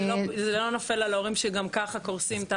שזה לא נופל על ההורים שגם ככה קורסים.